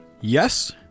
Yes